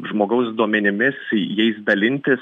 žmogaus duomenimis jais dalintis